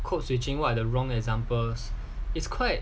code switching what are the wrong examples it's quite